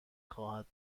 خواهد